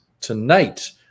tonight